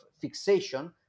fixation